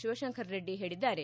ಶಿವಶಂಕರರೆಡ್ಡಿ ಹೇಳಿದ್ದಾರೆ